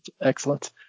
excellent